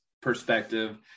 perspective